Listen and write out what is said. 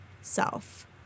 self